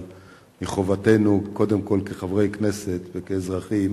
אבל מחובתנו, קודם כול כחברי כנסת וכאזרחים,